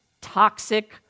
toxic